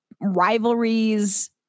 rivalries